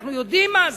אנחנו יודעים מה זה.